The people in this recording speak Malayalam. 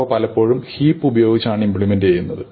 അവ പലപ്പോഴും ഹീപ്പ് ഉപയോഗിച്ചാണ് ഇമ്പ്ലിമെൻറ് ചെയ്യുന്നത്